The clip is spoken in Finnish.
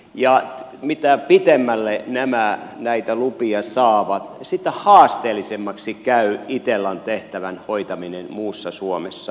ja mitä pitemmälle nämä näitä lupia saavat sitä haasteellisemmaksi käy itellan tehtävän hoitaminen muussa suomessa